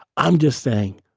i'm just saying.